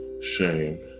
shame